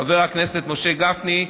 חברי הכנסת משה גפני,